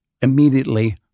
immediately